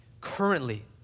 Currently